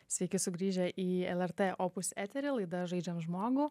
sveiki sugrįžę į lrt opus eterį laida žaidžiam žmogų